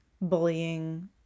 bullying